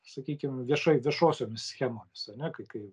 sakykim viešai viešosiomis schemomis ane kai kai